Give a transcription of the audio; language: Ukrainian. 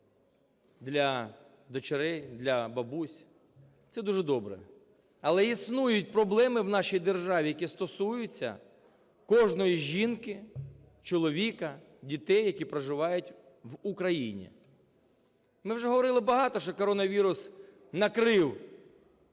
для дочерей, для бабусь. Це дуже добре. Але існують проблеми в нашій державі, які стосуються кожної жінки, чоловіка, дітей, які проживають в Україні. Ми вже говорили багато, що коронавірус накрив